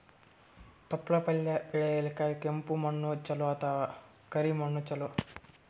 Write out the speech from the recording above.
ತೊಪ್ಲಪಲ್ಯ ಬೆಳೆಯಲಿಕ ಕೆಂಪು ಮಣ್ಣು ಚಲೋ ಅಥವ ಕರಿ ಮಣ್ಣು ಚಲೋ?